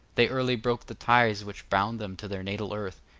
they early broke the ties which bound them to their natal earth,